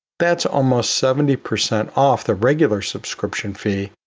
that's almost seventy percent off the regular subscription fee,